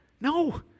No